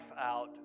out